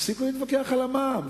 תפסיקו להתווכח על המע"מ.